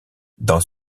dans